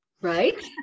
Right